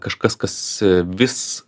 kažkas kas vis